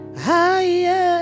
higher